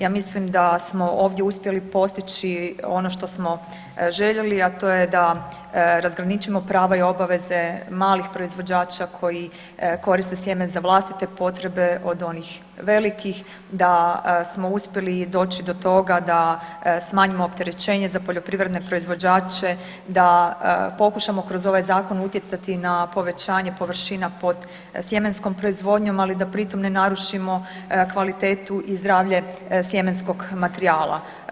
Ja mislim da smo ovdje uspjeli postići ono što smo željeli, a to je da razgraničimo prava i obaveze malih proizvođača koji koriste sjeme za vlastite potrebe od onih velikih, da smo uspjeli i doći do toga da smanjimo opterećenje za poljoprivredne proizvođače, da pokušamo kroz ovaj Zakon utjecati i na povećanje površina pod sjemenskom proizvodnjom ali da pri tome ne narušimo kvalitetu i zdravlje sjemenskog materijala.